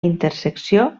intersecció